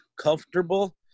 comfortable